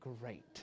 great